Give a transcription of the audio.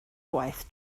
gwaith